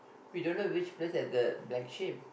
we don't know which place have the black sheep